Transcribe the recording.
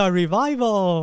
revival